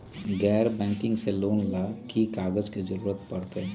गैर बैंकिंग से लोन ला की की कागज के जरूरत पड़तै?